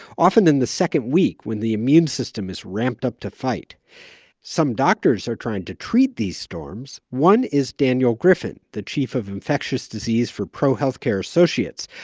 often in the second week when the immune system is ramped up to fight some doctors are trying to treat these storms. one is daniel griffin, the chief of infectious disease for prohealth care associates,